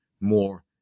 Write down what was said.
more